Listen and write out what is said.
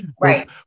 Right